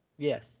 Yes